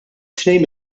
tnejn